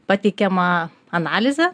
pateikiama analizė